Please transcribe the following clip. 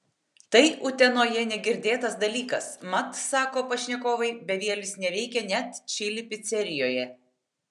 tai utenoje negirdėtas dalykas mat sako pašnekovai bevielis neveikia net čili picerijoje